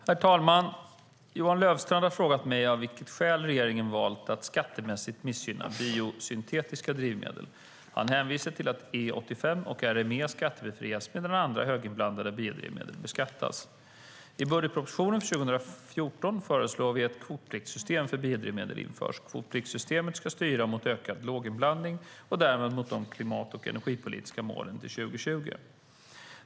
Herr talman! Johan Löfstrand har frågat mig av vilket skäl regeringen valt att skattemässigt missgynna biosyntetiska drivmedel. Han hänvisar till att E85 och RME skattebefrias medan andra höginblandade biodrivmedel beskattas. I budgetpropositionen för 2014 föreslår vi att ett kvotpliktssystem för biodrivmedel införs. Kvotpliktssystemet ska styra mot ökad låginblandning och därmed mot de klimat och energipolitiska målen till 2020.